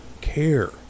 care